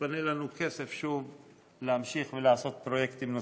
מתפנה לנו כסף להמשיך ולעשות פרויקטים נוספים.